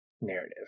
narrative